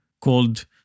called